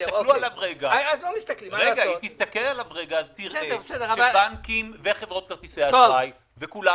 תסתכל עליו רגע ואז תראה שבנקים וחברות כרטיסי אשראי וכולם